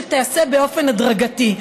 שתיעשה באופן הדרגתי.